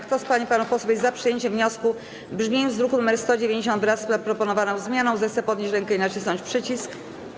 Kto z pań i panów posłów jest za przyjęciem wniosku w brzmieniu z druku nr 190, wraz z zaproponowaną zmianą, zechce podnieść rękę i nacisnąć przycisk.